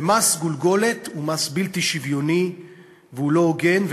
ומס גולגולת הוא מס בלתי שוויוני והוא לא הוגן.